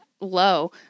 low